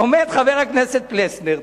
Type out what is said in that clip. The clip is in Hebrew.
עומד חבר הכנסת פלסנר,